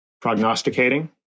prognosticating